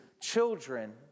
children